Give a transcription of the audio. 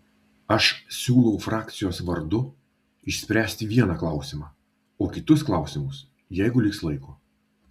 aš siūlau frakcijos vardu išspręsti vieną klausimą o kitus klausimus jeigu liks laiko